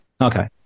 okay